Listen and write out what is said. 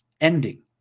ending